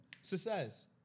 success